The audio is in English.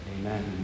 Amen